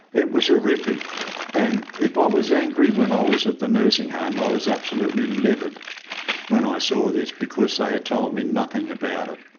it was horrific and if i was angry when i was at the nursing home, i was absolutely livid when i saw this because they had told me nothing about it.